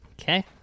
okay